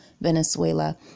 Venezuela